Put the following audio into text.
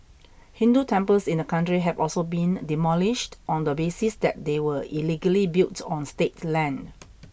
Hindu temples in the country have also been demolished on the basis that they were illegally built on state land